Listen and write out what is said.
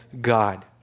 God